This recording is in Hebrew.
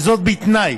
ובתנאי